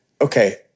okay